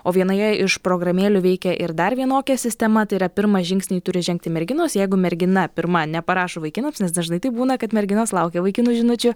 o vienoje iš programėlių veikia ir dar vienokia sistema tai yra pirmą žingsnį turi žengti merginos jeigu mergina pirma neparašo vaikinams nes dažnai taip būna kad merginos laukia vaikinų žinučių